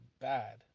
bad